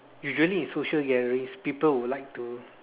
usually in social gatherings people would like to